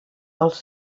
els